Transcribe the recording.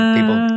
People